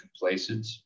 complacent